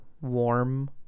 warm